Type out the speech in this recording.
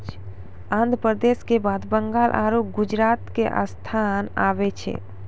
आन्ध्र प्रदेश के बाद बंगाल आरु गुजरात के स्थान आबै छै